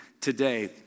today